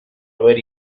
haber